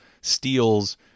steals